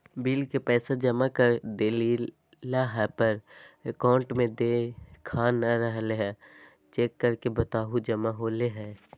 Bill के पैसा जमा कर देलियाय है पर अकाउंट में देखा नय रहले है, चेक करके बताहो जमा होले है?